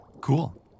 Cool